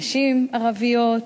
נשים ערביות,